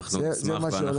זה מה שהולך להיות.